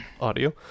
audio